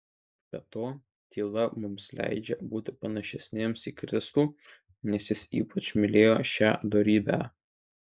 be to tyla mums leidžia būti panašesniems į kristų nes jis ypač mylėjo šią dorybę